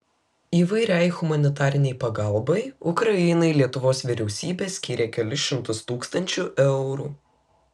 įvairiai humanitarinei pagalbai ukrainai lietuvos vyriausybė skyrė kelis šimtus tūkstančių eurų